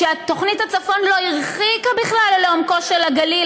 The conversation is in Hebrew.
שתוכנית הצפון לא הרחיקה בכלל לעומקו של הגליל,